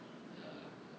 ah